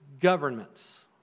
governments